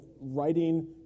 writing